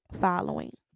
following